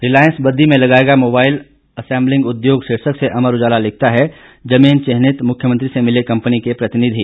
रिलायंस बददी में लगाएगा mobile assembling उद्योग शीर्षक से अमर उजाला लिखता है जमीन चिन्हित मुख्यमंत्री से मिले कंपनी के प्रतिनिधि